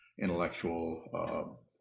intellectual